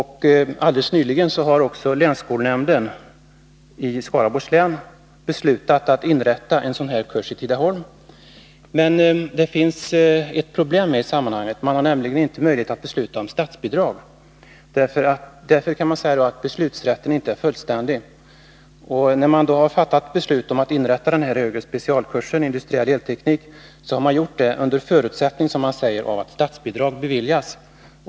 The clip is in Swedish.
Helt nyligen har länsskolnämnden i Skaraborgs län beslutat att inrätta en sådan här kurs i Tidaholm. Men det finns ett problem i sammanhanget, nämligen att länsskolnämnden inte har möjlighet att besluta om statsbidrag. Därför kan man säga att beslutsrätten inte är fullständig. När man fattade beslut om inrättande av denna högre specialkurs i industriell elteknik, gjordes det under förutsättning att, som man säger, statsbidrag beviljas.